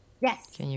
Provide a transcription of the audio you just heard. Yes